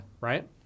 Right